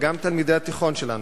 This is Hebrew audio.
וגם תלמידי התיכון שלנו,